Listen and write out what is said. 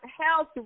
health